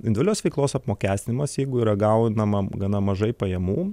individualios veiklos apmokestinimas jeigu yra gaunama gana mažai pajamų